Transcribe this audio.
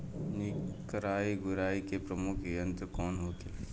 निकाई गुराई के प्रमुख यंत्र कौन होखे?